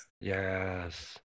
Yes